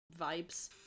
vibes